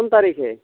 কোন তাৰিখে